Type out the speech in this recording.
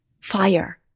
fire